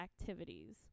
activities